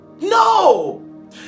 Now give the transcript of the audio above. No